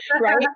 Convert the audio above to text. right